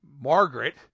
Margaret